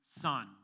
Son